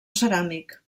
ceràmic